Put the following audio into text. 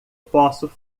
posso